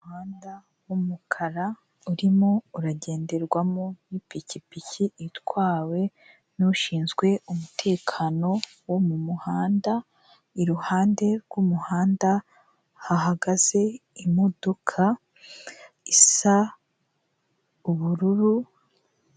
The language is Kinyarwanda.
Umuhanda w'umukara urimo uragenderwamo n'ipikipiki itwawe nu'ushinzwe umutekano wo mumuhanda, iruhande rw'umuhanda, hahagaze imodoka isa ubururu.